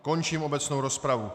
Končím obecnou rozpravu.